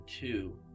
two